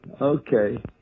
Okay